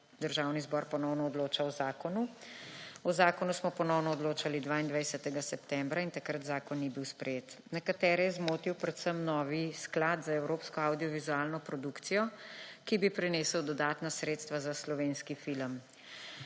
Državni zbor ponovno odloča o zakonu. O zakonu smo ponovno odločali 22. septembra in takrat zakon ni bil sprejet. Nekatere je zmotil predvsem novi sklad za evropsko avdiovizualno produkcijo, ki bi prinesel dodatna sredstva za slovenski film.